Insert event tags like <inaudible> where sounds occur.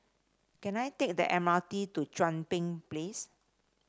can I take the M R T to Chuan <unintelligible> Place